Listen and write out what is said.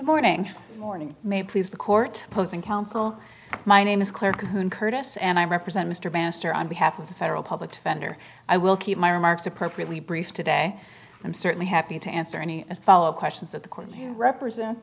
morning morning may please the court pros and counsel my name is claire kuhn curtis and i represent mr bannister on behalf of the federal public defender i will keep my remarks appropriately brief today i'm certainly happy to answer any follow up questions that the court you represent